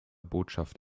botschaft